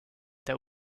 that